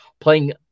Playing